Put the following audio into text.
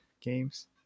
games